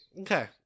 Okay